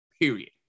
period